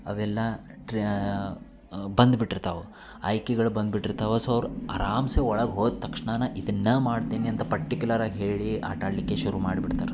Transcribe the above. ಅವೆಲ್ಲಾ ಟ್ರೆ ಬಂದ್ಬಿಟ್ಟಿರ್ತಾವೆ ಆಯ್ಕೆಗಳು ಬಂದ್ಬಿಟ್ಟಿರ್ತವೆ ಸೋ ಆರಾಮ್ಸೆ ಒಳಗೆ ಹೋದ ತಕ್ಷಣ ಇದನ್ನು ಮಾಡ್ತೀನಿ ಅಂತ ಪರ್ಟಿಕ್ಯುಲರ್ ಆಗಿ ಹೇಳಿ ಆಟಾಡಲಿಕ್ಕೆ ಶುರು ಮಾಡ್ಬಿಡ್ತಾರ